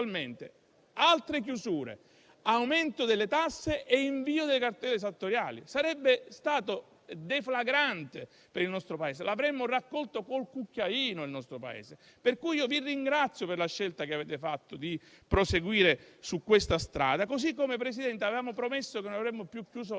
altre chiusure, aumento delle tasse e invio delle cartelle esattoriale. Sarebbe stato deflagrante per il nostro Paese; lo avremmo raccolto col cucchiaino, il nostro Paese. Pertanto vi ringrazio per la scelta che avete fatto di proseguire su questa strada. Signor Presidente, avevamo promesso che non avremmo più chiuso